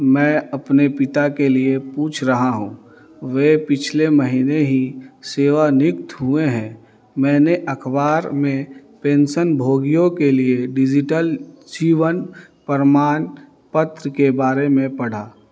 मैं अपने पिता के लिये पूछ रहा हूँ वे पिछले महीने ही सेवानिर्वृत हुए हैं मैंने अखबार में पेंसनभोगियों के लिये डिजिटल जीवन प्रमाणपत्र के बारे में पढ़ा